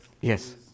Yes